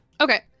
Okay